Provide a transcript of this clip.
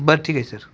बरं ठीक आहे सर